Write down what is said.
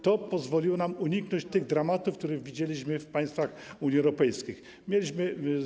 To pozwoliło nam uniknąć tych dramatów, które widzieliśmy w państwach Unii Europejskiej.